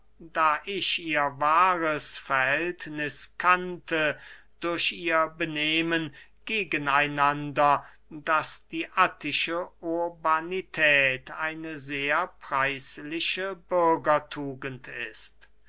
da ich ihr wahres verhältniß kannte durch ihr benehmen gegen einander daß die attische urbanität eine sehr preisliche bürgertugend ist